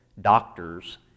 doctors